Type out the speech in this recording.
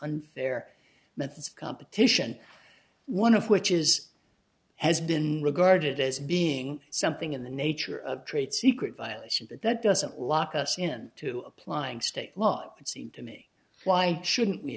unfair methods of competition one of which is has been regarded as being something in the nature of trade secret violation but that doesn't lock us in to applying state law it seems to me why shouldn't